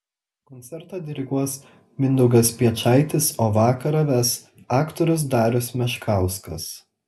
koncertą diriguos mindaugas piečaitis o vakarą ves aktorius darius meškauskas